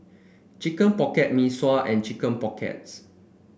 Chicken Pocket Mee Sua and Chicken Pockets